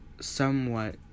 somewhat